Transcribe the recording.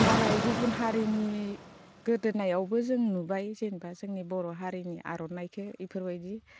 मालाय गुबुन हारिनि गोदोनायावबो जों नुबाय जेनेबा जोंनि बर' हारिनि आरनाइखौ बेफोरबायदि